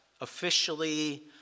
officially